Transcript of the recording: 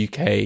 UK